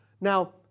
Now